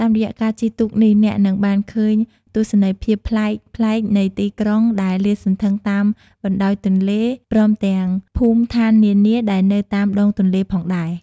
តាមរយៈការជិះទូកនេះ អ្នកនឹងបានឃើញទស្សនីយភាពប្លែកៗនៃទីក្រុងដែលលាតសន្ធឹងតាមបណ្ដោយទន្លេ ព្រមទាំងភូមិឋាននានាដែលនៅតាមដងទន្លេផងដែរ។